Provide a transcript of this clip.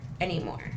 anymore